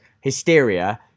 hysteria